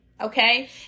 Okay